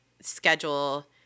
schedule